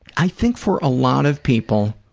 i think for a lot of people,